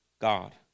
God